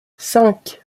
cinq